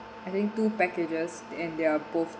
I think two packages and they are both